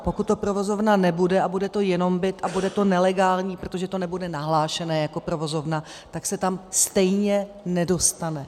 Pokud to provozovna nebude a bude to jenom byt a bude to nelegální, protože to nebude nahlášené jako provozovna, tak se tam stejně nedostane.